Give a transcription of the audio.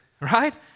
right